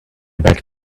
back